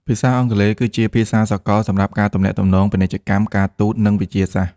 ភាសាអង់គ្លេសគឺជាភាសាសកលសម្រាប់ការទំនាក់ទំនងពាណិជ្ជកម្ម ការទូត និងវិទ្យាសាស្ត្រ។